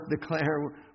declare